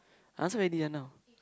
I answered already just now